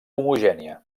homogènia